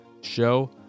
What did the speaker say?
show